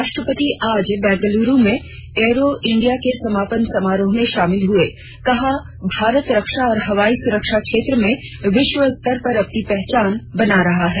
राष्ट्रपति आज बेंगलुरू में एरो इंडिया के समापन समारोह में शामिल हुए कहा भारत रक्षा और हवाई सुरक्षा क्षेत्र में विश्व स्तर पर अपनी पहचान बना रहा है